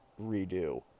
redo